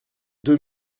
deux